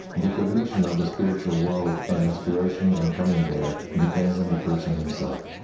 the cognition of the spiritual world and aspiration, and coming there, depends on the person himself.